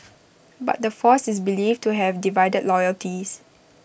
but the force is believed to have divided loyalties